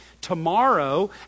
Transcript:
tomorrow